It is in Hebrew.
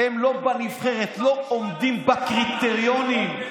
הם לא בנבחרת, לא עומדים בקריטריונים.